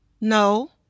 No